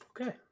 Okay